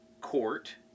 court